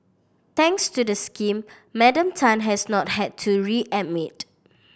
thanks to the scheme Madam Tan has not had to be readmitted